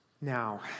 Now